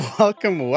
welcome